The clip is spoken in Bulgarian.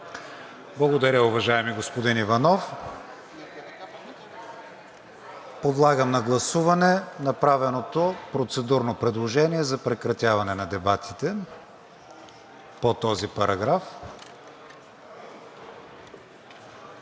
Благодаря, уважаеми господин Иванов. Подлагам на гласуване направеното процедурно предложение за прекратяване на дебатите по този параграф.